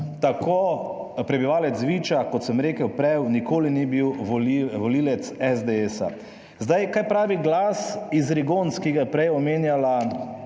tako prebivalec Viča, kot sem rekel prej, nikoli ni bil volivec SDS. Zdaj, kaj pravi glas iz Rigonc, ki ga je prej omenjala,